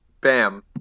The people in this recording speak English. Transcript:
Bam